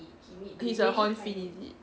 he's a hon fin is it